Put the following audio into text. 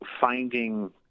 finding